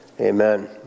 Amen